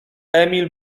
emil